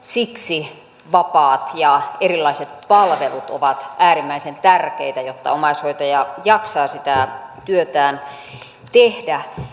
siksi vapaat ja erilaiset palvelut ovat äärimmäisen tärkeitä jotta omaishoitaja jaksaa sitä työtään tehdä